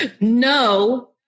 No